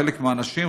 חלק מאנשים,